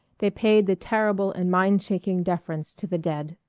they paid the terrible and mind-shaking deference to the dead.